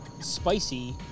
spicy